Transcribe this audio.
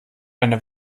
eine